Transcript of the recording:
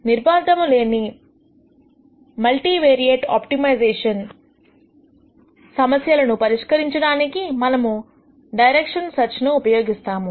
నిర్బంధము లేని మల్టీవేరియేట్ ఆప్టిమైజేషన్సమస్యల ను పరిష్కరించడానికి మనము డైరెక్షనల్ సెర్చ్ ను ఉపయోగిస్తాము